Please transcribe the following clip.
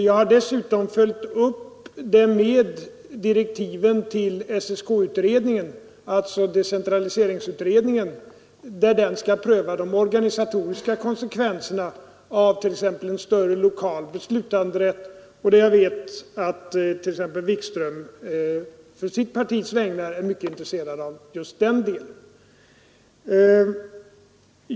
Jag har dessutom följt upp frågan med direktiven till SSK utredningen, som skall pröva de organisatoriska konsekvenserna av t.ex. större skollokaler och beslutanderätt. Jag vet att exempelvis herr Wikström på sitt partis vägnar är intresserad av just den delen.